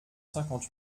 cinquante